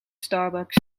starbucks